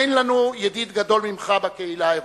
אין לנו ידיד גדול ממך בקהילה האירופית.